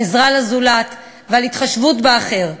על עזרה לזולת ועל התחשבות באחר,